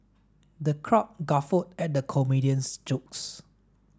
the crowd guffawed at the comedian's jokes